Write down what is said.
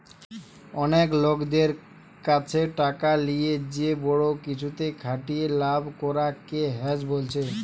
অনেক লোকদের কাছে টাকা লিয়ে যে বড়ো কিছুতে খাটিয়ে লাভ করা কে হেজ বোলছে